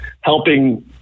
helping